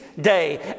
day